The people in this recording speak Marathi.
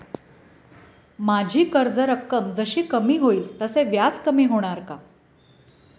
माझी कर्ज रक्कम जशी कमी होईल तसे व्याज कमी होणार का?